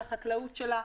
על החקלאות שלה,